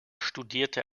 studierte